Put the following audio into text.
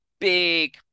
big